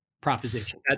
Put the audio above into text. proposition